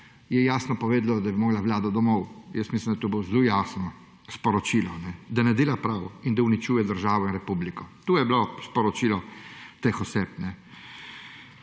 oseb jasno povedalo, da bi morala Vlada oditi domov. Mislim, da je bilo to zelo jasno sporočilo, da ne dela prav in da uničuje državo in republiko. To je bilo sporočilo teh oseb.